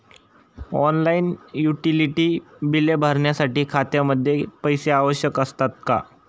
Online utility बिले भरण्यासाठी खात्यामध्ये पैसे आवश्यक असतात का?